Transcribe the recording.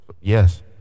Yes